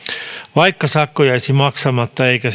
vaikka sakko jäisi maksamatta eikä